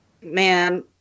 Man